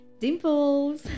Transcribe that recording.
dimples